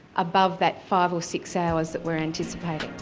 above that five or six hours that we're anticipating.